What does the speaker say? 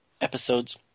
episodes